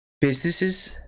businesses